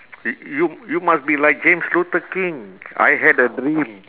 you you you must be like james luther king I had a dream